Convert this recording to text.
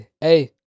hey